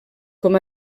com